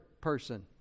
person